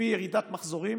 לפי ירידת מחזורים